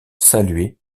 saluée